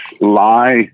lie